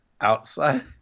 outside